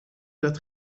dat